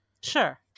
Sure